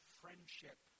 friendship